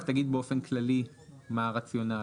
רק תגיד באופן כללי מה הרציונל.